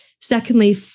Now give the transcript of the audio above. Secondly